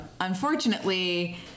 Unfortunately